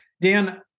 Dan